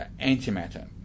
antimatter